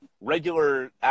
regular